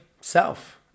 self